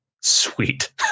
sweet